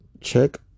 check